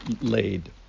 laid